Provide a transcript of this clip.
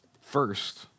first